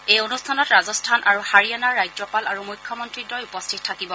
এই অনুষ্ঠানত ৰাজস্থান আৰু হাৰিয়ানাৰ ৰাজ্যপাল আৰু মুখ্যমন্ত্ৰীদ্বয় উপস্থিত থাকিব